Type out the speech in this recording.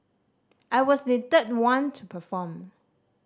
I was the third one to perform